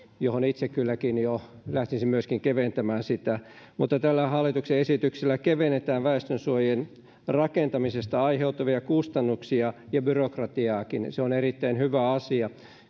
itse kylläkin jo lähtisin myöskin keventämään sitä mutta hallituksen esityksellä kevennetään väestönsuojien rakentamisesta aiheutuvia kustannuksia ja byrokratiaakin se on erittäin hyvä asia